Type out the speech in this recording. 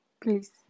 Please